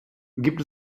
gibt